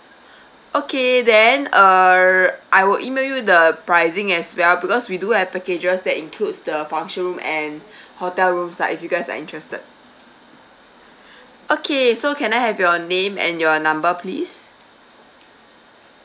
okay then err I will E-mail you the pricing as well because we do have packages that includes the function room and hotel rooms lah if you guys are interested okay so can I have your name and your number please